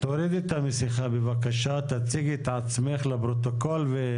תציגי את עצמך לפרוטוקול.